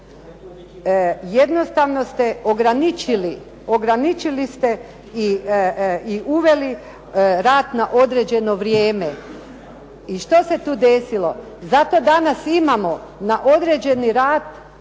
jednostavno ste ograničili i uveli rad na određeno vrijeme. I što se tu desilo? Zato danas imamo na određeni rad